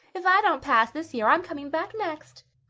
if i don't pass this year i'm coming back next.